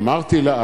עינת וילף אמרה.